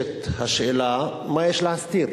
השאלה, מה יש להסתיר?